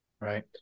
Right